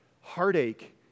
heartache